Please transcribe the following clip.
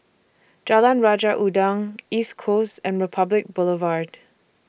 Jalan Raja Udang East Coast and Republic Boulevard